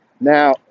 Now